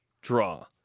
draw